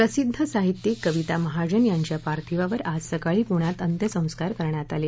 प्रसिद्ध साहित्यिक कविता महाजन यांच्या पर्थिवावर आज सकाळी पुण्यात अंत्यसंस्कार करण्यात आले